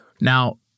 Now